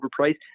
overpriced